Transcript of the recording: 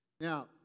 Now